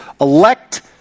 Elect